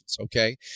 okay